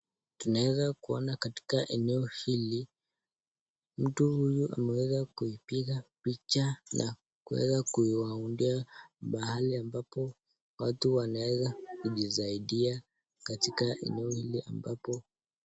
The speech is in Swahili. Tunaeza kuona katika eneo hili, mtu huyu ameweza kuipiga picha na kuweza kuwaundia pahali ambapo watu wanaeza kujisaidia katika eneo hili ambapo...